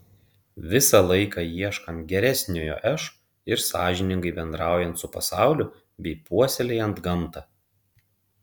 visą laiką ieškant geresniojo aš ir sąžiningai bendraujant su pasauliu bei puoselėjant gamtą